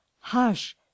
Hush